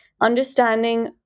understanding